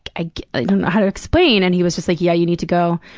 i don't know how to explain. and he was just like, yeah, you need to go.